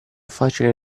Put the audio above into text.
facile